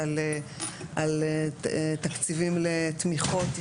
על תקציבים לתמיכות,